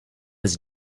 his